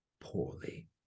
poorly